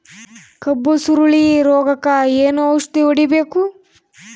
ಕಬ್ಬು ಸುರಳೀರೋಗಕ ಏನು ಔಷಧಿ ಹೋಡಿಬೇಕು?